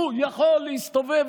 הוא יכול להסתובב,